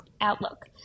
outlook